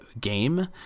game